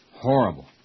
Horrible